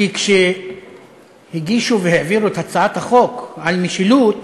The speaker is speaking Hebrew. כי כשהגישו והעבירו את הצעת החוק על משילות